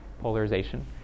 polarization